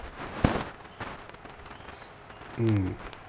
mm